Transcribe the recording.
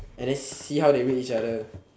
and then see how they rate each other